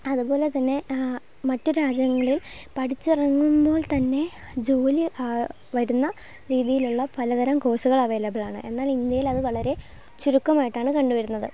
അതുപോലെ തന്നെ മറ്റു രാജ്യങ്ങളിൽ പഠിച്ചിറങ്ങുമ്പോൾത്തന്നെ ജോലി വരുന്ന രീതിയിലുള്ള പലതരം കോഴ്സുകൾ അവൈലബിൾ ആണ് എന്നാൽ ഇന്ത്യയിൽ അത് വളരെ ചുരുക്കമായിട്ടാണ് കണ്ടു വരുന്നത്